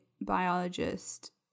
biologist